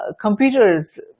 computers